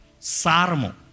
Sarmo